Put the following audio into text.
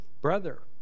brother